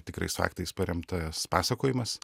tikrais faktais paremtas pasakojimas